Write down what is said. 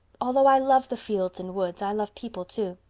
although i love the fields and woods, i love people too.